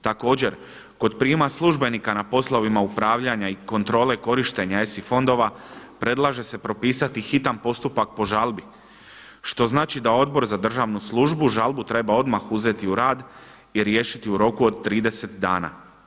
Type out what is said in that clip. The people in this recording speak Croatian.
Također kod prijema službenika na poslovima upravljanja i kontrole korištenja ESI fondova predlaže se propisati hitan postupak po žalbi što znači da Odbor za državnu službu žalbu treba odmah uzeti u rad i riješiti u roku od 30 dana.